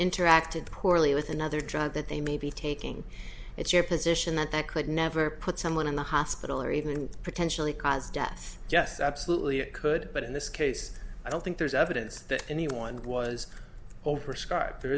interacted poorly with another drug that they may be taking it's your position that that could never put someone in the hospital or even potentially cause death yes absolutely it could but in this case i don't think there's evidence that anyone was over scarred there